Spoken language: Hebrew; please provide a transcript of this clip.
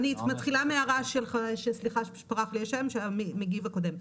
אני מתחילה מההערה של המגיב הקודם,